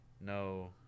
No